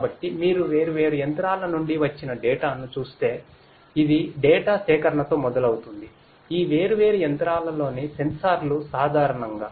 కాబట్టి మీరు వేర్వేరు యంత్రాల నుండి వచ్చిన డేటా సేకరణతో మొదలవుతుంది ఈ వేర్వేరు యంత్రాలలోని సెన్సార్లు సాధారణంగా